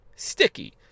Sticky